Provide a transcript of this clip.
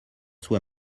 soit